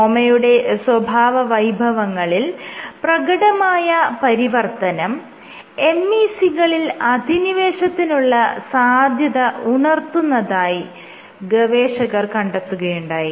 സ്ട്രോമയുടെ സ്വഭാവവൈഭവങ്ങളിൽ പ്രകടമായ പരിവർത്തനം MEC കളിൽ അധിനിവേശത്തിനുള്ള സാധ്യത ഉണർത്തുന്നതായി ഗവേഷകർ കണ്ടെത്തുകയുണ്ടായി